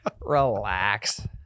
relax